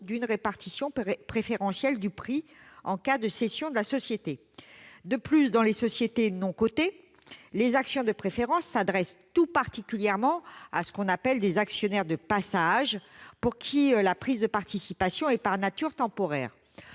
d'une répartition préférentielle du prix en cas de cession de la société. De plus, dans les sociétés non cotées, les actions de préférence s'adressent tout particulièrement à ce qu'on appelle des actionnaires de passage, pour qui la prise de participation est par nature temporaire.